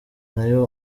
ntayo